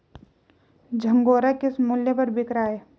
झंगोरा किस मूल्य पर बिक रहा है?